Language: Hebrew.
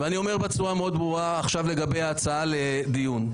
ואני אומר בצורה מאוד ברורה עכשיו לגבי ההצעה לדיון.